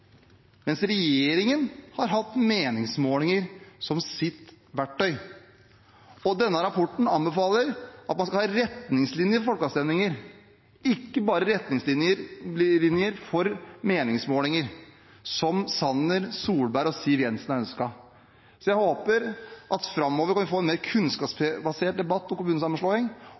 mens regjeringen har hatt meningsmålinger som sitt verktøy. Denne rapporten anbefaler at man skal ha retningslinjer for folkeavstemninger, ikke bare retningslinjer for meningsmålinger, som Sanner, Solberg og Siv Jensen ønsket. Så jeg håper at vi framover kan få en mer kunnskapsbasert debatt om kommunesammenslåing,